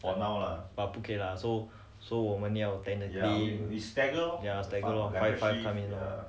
but 不可以 lah so so 我们要 tentative ya stagger lor like five five